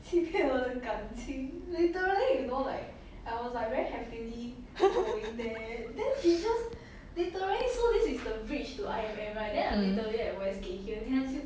mm